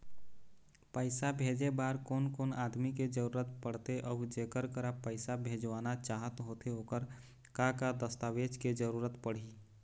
पैसा भेजे बार कोन कोन आदमी के जरूरत पड़ते अऊ जेकर करा पैसा भेजवाना चाहत होथे ओकर का का दस्तावेज के जरूरत पड़ही?